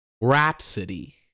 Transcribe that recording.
Rhapsody